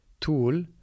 tool